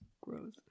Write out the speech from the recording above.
Gross